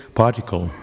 particle